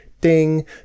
ding